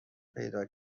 پیدا